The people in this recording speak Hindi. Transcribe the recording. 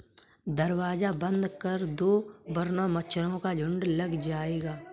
दरवाज़ा बंद कर दो वरना मच्छरों का झुंड लग जाएगा